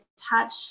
touch